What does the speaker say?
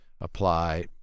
apply